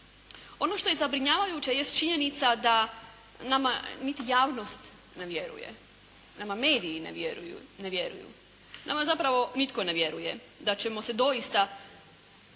Ono što je zabrinjavajuće jest činjenica da nama niti javnost ne vjeruje. Nama mediji ne vjeruju. Nama zapravo nitko ne vjeruje da ćemo se doista